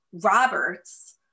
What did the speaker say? Roberts